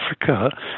Africa